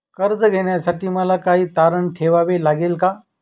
कर्ज घेण्यासाठी मला काही तारण ठेवावे लागेल का?